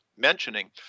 mentioning